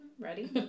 ready